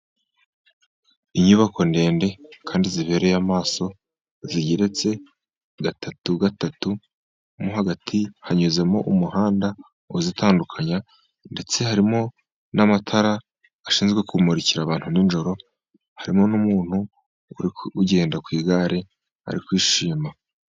Inyubako ndende kandi zibereye amaso zigeretse gatatu gatatu mo hagati hanyuzemo umuhanda uzitandukanya, ndetse harimo n'amatara ashinzwe kumurikira abantu nijoro, harimo n'umuntu uri kugenda ku igare ari kwishima.